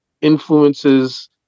influences